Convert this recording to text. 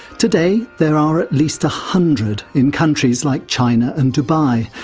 today there are at least a hundred in countries like china and dubai,